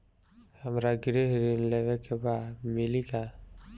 हमरा गृह ऋण लेवे के बा मिली का?